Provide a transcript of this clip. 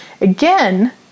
again